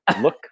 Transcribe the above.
look